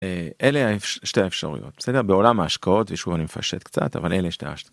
אלה היו שתי אפשרויות בסדר בעולם ההשקעות ושוב אני מפשט קצת אבל אלה שתי השקעות.